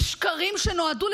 ושקרים שנועדו,